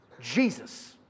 Jesus